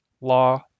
law